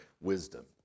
wisdom